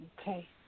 Okay